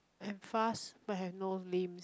I'm fast but have no limb